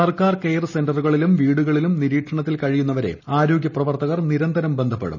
സർക്കാർ കെയർ സെന്ററുകളി ലും വീടുകളിലും നിരീക്ഷണത്തിൽ കഴിയുന്നവരെ ആരോഗൃ പ്രവർത്തകർ നിരന്തരം ബന്ധപ്പെടും